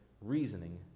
reasoning